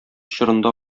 чорында